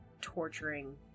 torturing